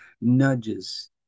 nudges